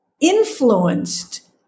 influenced